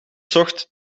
zocht